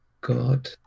God